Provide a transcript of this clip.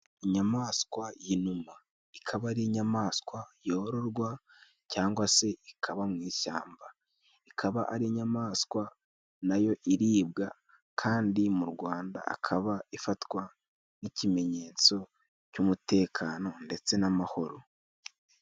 Inyamaswa y'inuma, ikaba ari inyamaswa yororwa cyangwa se ikaba mu ishyamba. Ikaba ari inyamaswa nayo iribwa. Kandi mu Rwanda, akaba ifatwa nk'ikimenyetso cy'umutekano ndetse n'amahoro.